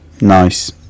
Nice